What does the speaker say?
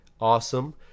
Awesome